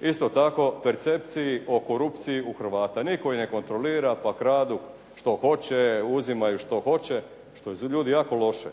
isto tako percepciji o korupciji u Hrvata. Nitko ih ne kontrolira pa kradu što hoće, uzimaju što hoće što je ljudi jako loše